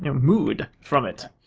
you know mood from it.